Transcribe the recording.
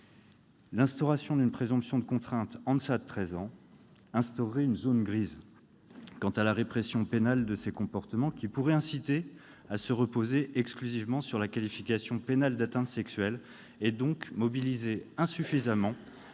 L'instauration d'une présomption de contrainte en deçà de treize ans créerait une zone grise en termes de répression pénale, laquelle pourrait inciter à se reposer exclusivement sur la qualification pénale d'atteinte sexuelle et donc mobiliser insuffisamment